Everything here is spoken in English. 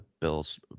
Bills